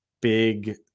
big